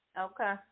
Okay